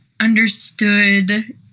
understood